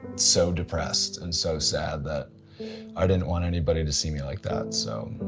so depressed and so sad that i didn't want anybody to see me like that so